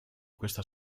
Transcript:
questa